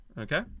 Okay